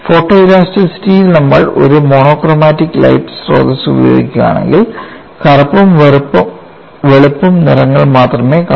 ഫോട്ടോഇലാസ്റ്റിറ്റിയിൽ നമ്മൾ ഒരു monochromatic light സ്രോതസ്സ് ഉപയോഗിക്കുകയാണെങ്കിൽ കറുപ്പും വെളുപ്പും നിറങ്ങൾ മാത്രമേ കാണൂ